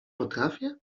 potrafię